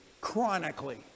chronically